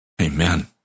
Amen